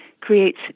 creates